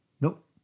Nope